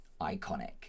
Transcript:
iconic